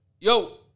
Yo